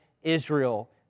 Israel